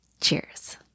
Cheers